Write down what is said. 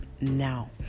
now